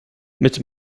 mitte